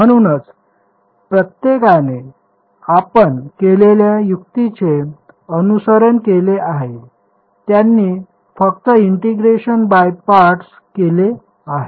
म्हणूनच प्रत्येकाने आपण केलेल्या युक्तीचे अनुसरण केले आहे त्यांनी फक्त इंटिग्रेशन बाय पार्टस केले आहे